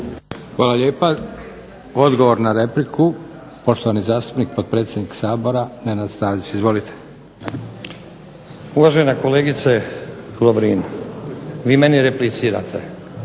Hvala lijepa. Odgovor na repliku, poštovani zastupnik potpredsjednik Sabora Nenad Stazić. Izvolite. **Stazić, Nenad (SDP)** Uvažena kolegice Lovrin, vi meni replicirate,